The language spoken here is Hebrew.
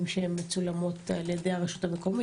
זה יותר פרישה של מש"קים ומתנדבים לפעילות משטרתית.